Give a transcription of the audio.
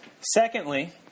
Secondly